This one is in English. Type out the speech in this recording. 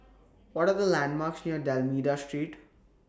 What Are The landmarks near D'almeida Street